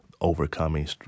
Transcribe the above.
overcoming